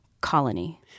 colony